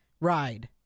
ride